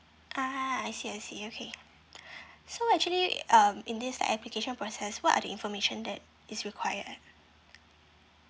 ah I see I see okay so actually um in this application process what are the information that is required